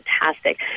fantastic